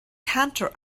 cantor